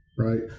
Right